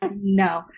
no